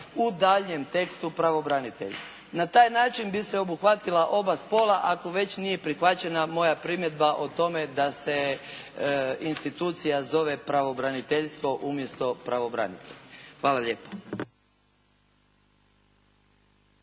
u daljnjem tekstu pravobranitelj. Na taj način bi se obuhvatila oba spola ako već nije prihvaćena moja primjedba o tome da se institucija zove pravobraniteljstvo umjesto pravobranitelj. Hvala lijepo.